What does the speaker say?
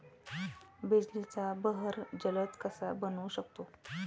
बिजलीचा बहर जलद कसा बनवू शकतो?